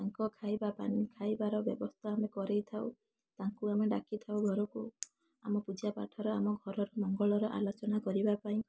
ତାଙ୍କ ଖାଇବା ପାଇଁ ଖାଇବାର ବ୍ୟବସ୍ଥା ଆମେ କରାଇଥାଉ ତାଙ୍କୁ ଆମେ ଡାକିଥାଉ ଘରକୁ ଆମ ପୂଜାପାଠର ଆମ ଘରର ମଙ୍ଗଳର ଆଲୋଚନା କରିବା ପାଇଁ